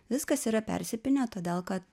viskas yra persipynę todėl kad